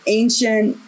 ancient